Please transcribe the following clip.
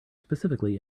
specifically